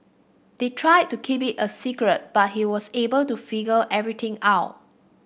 they tried to keep it a secret but he was able to figure everything out